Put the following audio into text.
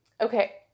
Okay